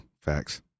facts